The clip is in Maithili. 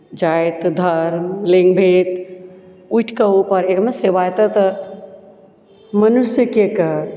जाति धर्म लिङ्गभेद उठि कऽ ऊपर सेवा एतय तऽ मनुष्य के कहय